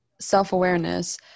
self-awareness